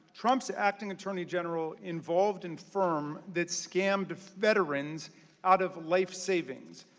trumps acting attorney general involved in firm that scammed veterans out of life savings.